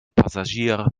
passagier